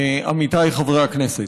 עמיתיי חברי הכנסת,